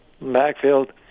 backfield